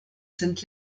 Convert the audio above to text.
sind